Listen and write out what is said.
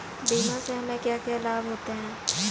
बीमा से हमे क्या क्या लाभ होते हैं?